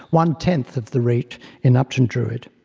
one tenth of the rate in upton druid.